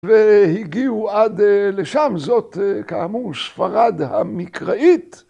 והגיעו עד לשם, זאת כאמור ספרד המקראית.